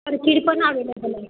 orchid पण available आहे